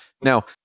Now